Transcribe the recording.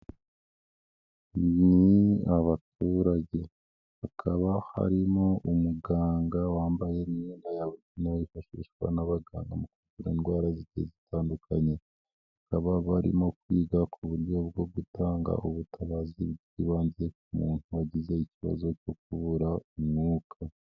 Ni abaturage hakaba harimo umuganga wambaye imyenda yabugenewe yifashishwa n'abaganga mu kuvura indwara zigiye zitandukanye, bakaba barimo kwiga ku buryo bwo gutanga ubutabazi bw'ibanze ku muntu wagize ikibazo cyo kubura umwuka.